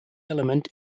element